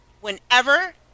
Whenever